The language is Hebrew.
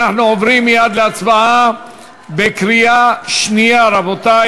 אנחנו עוברים מייד להצבעה בקריאה שנייה, רבותי.